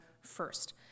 first